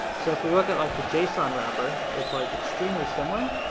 so if we look at like the json wrapper, it's like extremely similar.